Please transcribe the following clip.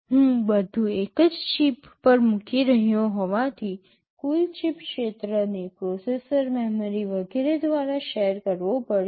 હું બધું એક જ ચિપ પર મુકી રહ્યો હોવાથી કુલ ચિપ ક્ષેત્રને પ્રોસેસર મેમરી વગેરે દ્વારા શેર કરવો પડશે